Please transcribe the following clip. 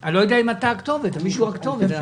אני לא יודע אם אתה הכתובת אבל מישהו צריך להיות הכתובת.